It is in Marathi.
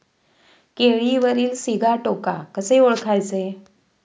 केळीवरील सिगाटोका कसे ओळखायचे?